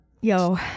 yo